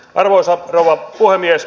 arvoisa rouva puhemies